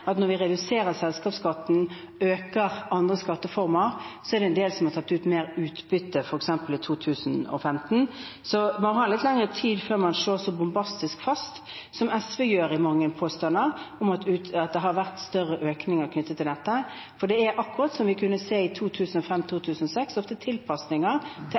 at når vi reduserer selskapsskatten, øker andre skatteformer. Så er det en del som har tatt ut mer utbytte, f.eks. i 2015. Man må ha litt lengre tid før man slår så bombastisk fast – som SV gjør i mange påstander – at det har vært større økninger knyttet til dette, for det er, akkurat som vi kunne se i 2005–2006, ofte